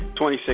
26